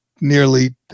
Nearly